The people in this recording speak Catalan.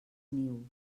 niu